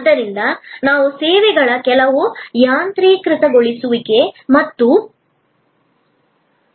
ಆದ್ದರಿಂದ ನಾವು ಸೇವೆಗಳ ಕೆಲವು ಯಾಂತ್ರೀಕೃತಗೊಳಿಸುವಿಕೆ ಮತ್ತು